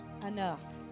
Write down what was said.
Enough